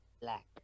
Black